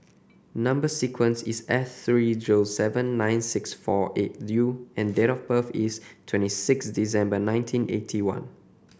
number sequence is S three zero seven nine six four eight U and date of birth is twenty six December nineteen eighty one